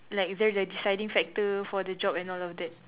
like the the deciding factor for the job and all of that